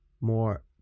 more